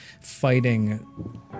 fighting